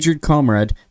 comrade